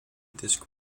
disk